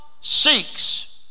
seeks